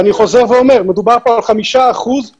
אני חוזר ואומר, מדובר פה על 5% מכלל הפונים.